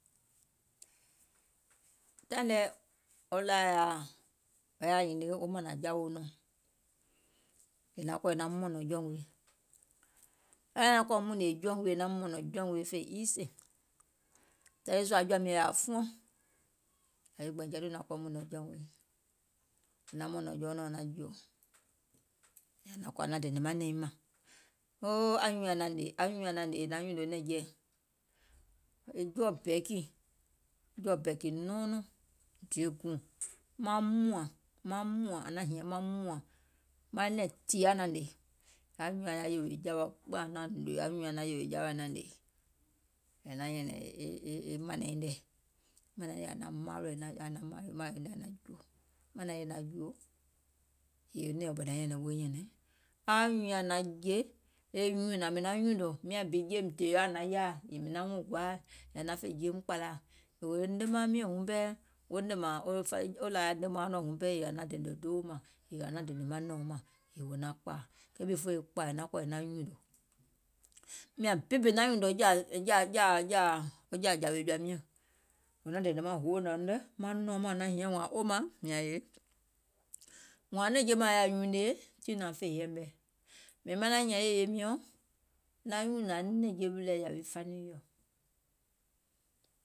Taìŋ nɛ wo lȧhaì yaȧ naŋ kɔ̀ wèè wo mȧnȧŋ jawèuŋ nɔɔ̀ŋ, è naŋ kɔ̀ è naŋ mɔ̀nɔ̀ŋ jɔùŋ wii, è naŋ kɔ̀ mùnìè jɔùŋ wii è naŋ mɔ̀nɔ̀ŋ jɔùŋ wii e fè easy, taìŋ nii sùȧ jɔ̀ȧ miɔ̀ŋ yaȧ fuɔŋ, yȧwi gbɛ̀ìŋ jatu naŋ kɔ̀ mùnìè jɔùŋ wii, è naŋ mɔ̀nɔ̀ŋ jɔunɔ̀ɔŋ naŋ jùò, yèè ȧŋ naŋ kɔ̀ naŋ dènè maŋ nɛ̀iŋ mȧŋ, oo anyùùŋ nyaŋ naŋ hnè, anyùùŋ nyaŋ naŋ hnè, yèè è naŋ nyùnò nɛ̀ŋjeɛ̀, e jɔɔ bɛɛkì, jɔ̀ɔ̀ bɛ̀ɛ̀kì nɔɔnɔŋ diè guùŋ, maŋ mùȧŋ, maŋ mùȧŋ, ȧŋ naŋ hìɛ̀ŋ maŋ mùȧŋ, manɛ̀ŋ tìa naŋ hnè, anyùùŋ nyaŋ yaȧ yìwìè jawa anyùùŋ nyaŋ naŋ yèwè jawa ȧŋ naŋ hnè, è naŋ nyɛ̀nɛ̀ŋ e mȧnaiŋ nɛ̀ mȧnaȧŋ naŋ jùò, yèè nɛ̀ɛŋ ɓɛ̀nɛ̀ŋ nyɛ̀nɛɛ̀ŋ woiŋ nyɛ̀nɛ̀ŋ, anyùùŋ nyaŋ naŋ jè e nyùnȧŋ, mìŋ naŋ nyùnò, miȧŋ bi jeim dèèɔ ȧŋ naŋ yaaì ka wuŋ gɔȧȧì aŋ fè jeim kpȧlaȧ yèè wo nemaaŋ miɔ̀ŋ wuŋ pɛɛ wo nèmȧȧŋ wo lȧhai nemaauŋ nɔɔ̀ŋ wuŋ pɛɛ yèè ȧŋ naŋ dènè deèuŋ mȧŋ ȧŋ naŋ dènè manɛ̀uŋ mȧŋ yèè wò naŋ kpȧȧ, kɛɛ before e kpȧȧ è naŋ kɔ̀ è naŋ nyùnò, miȧŋ bibì naŋ nyùnò jȧ jawè jɔ̀ȧ miɔ̀ŋ, wò naŋ dènè hoònɛ̀uŋ nɛ̀ manɛ̀uŋ mȧŋ wò naŋ hiɛ̀ŋ wȧȧŋ oldma, miȧŋ èe, wȧȧŋ nɛ̀ŋje mȧŋ yaȧ nyunie tiŋ nȧŋ fè yɛɛmɛ, mìŋ manaŋ nyɛ̀iŋ yèye miɔ̀ŋ, nyùnȧŋ nɛ̀ŋje wilɛ̀ yȧwi faniŋ miɔ̀ŋ,